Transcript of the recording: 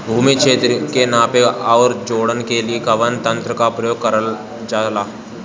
भूमि क्षेत्र के नापे आउर जोड़ने के लिए कवन तंत्र का प्रयोग करल जा ला?